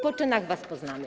Po czynach was poznamy.